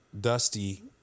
Dusty